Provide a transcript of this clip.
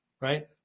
right